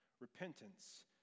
Repentance